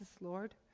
Lord